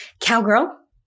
cowgirl